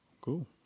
Cool